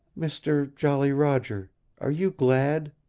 mister jolly roger are you glad?